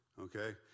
okay